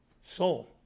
soul